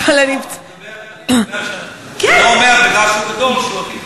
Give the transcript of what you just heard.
זה לא אומר, זה שהוא גדול, שהוא טוב.